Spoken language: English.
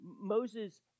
Moses